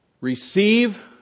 Receive